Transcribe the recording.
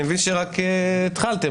אני מבין שרק התחלתם,